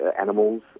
animals